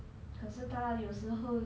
可是他有时候